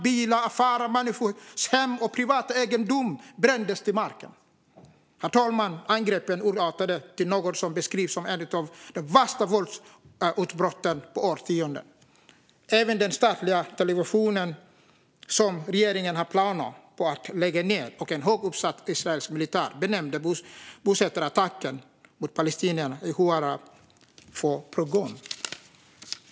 Bilar, affärer, människors hem och privat egendom brändes till marken. Herr talman! Angreppen urartade till något som beskrivs som ett av de värsta våldsutbrotten på årtionden. Även den statliga televisionen, som regeringen har planer på att lägga ned, och en högt uppsatt israelisk militär benämnde bosättarattacken mot palestinierna i Huwara för pogrom.